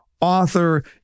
author